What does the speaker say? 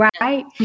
Right